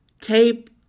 tape